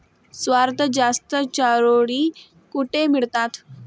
सर्वात जास्त चारोळी कुठे मिळतात?